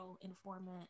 informant